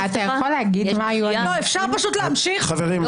מה חוזר למספרים?